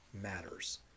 matters